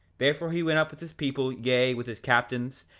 therefore he went up with his people, yea, with his captains,